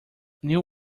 new